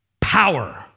power